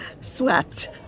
Swept